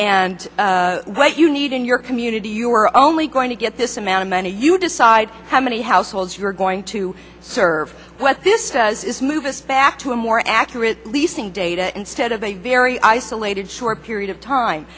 and what you need in your community you're only going to get this amount of money you decide how many households you're going to serve what this says is move us back to a more accurate leasing data instead of a very isolated short period of time